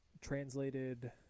translated